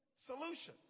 solutions